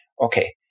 Okay